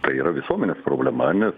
tai yra visuomenės problema nes